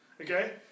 Okay